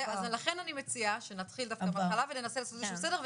לכן אני מציעה שנתחיל דווקא בהתחלה וננסה לעשות איזשהו סדר,